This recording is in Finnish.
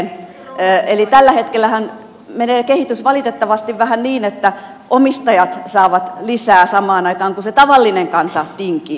eli tällähän hetkellä kehitys menee valitettavasti vähän niin että omistajat saavat lisää samaan aikaan kun se tavallinen kansa tinkii